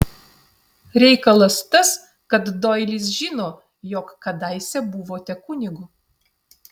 reikalas tas kad doilis žino jog kadaise buvote kunigu